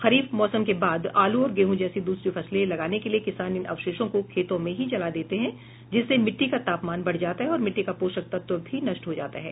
खरीफ मौसम के बाद आलू और गेहूं जैसी दूसरी फसलें लगाने के लिए किसान इन अवशेषों को खेतों में ही जला देते हैं जिससे मिट्टी का तापमान बढ़ जाता है और मिट्टी का पोषक तत्व भी नष्ट हो जाता है